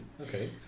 Okay